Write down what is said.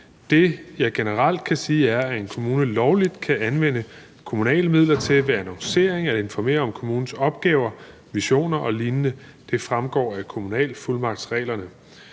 Det, jeg generelt kan sige, er, at en kommune lovligt kan anvende kommunale midler til ved annoncering at informere om kommunens opgaver, visioner og lignende. Det fremgår af kommunalfuldmagtsreglerne.